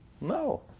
No